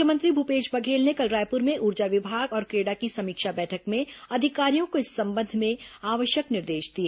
मुख्यमंत्री भूपेश बघेल ने कल रायपुर में ऊर्जा विभाग और क्रेडा की समीक्षा बैठक में अधिकारियों को इस संबंध में आवश्यक निर्देश दिए